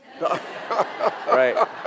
Right